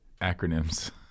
acronyms